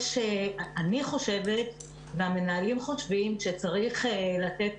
אני חושבת והמנהלים חושבים שצריך לתת